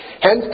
Hence